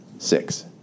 Six